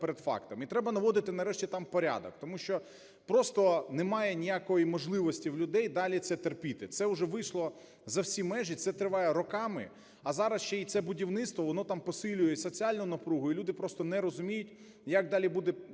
І треба наводити нарешті там порядок, тому що просто немає ніякої можливості в людей далі це терпіти. Це вже вийшло за всі межі, це триває роками, а зараз ще й це будівництво, воно там посилює соціальну напругу. І люди просто не розуміють, як далі буде